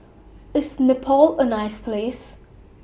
IS Nepal A nice Place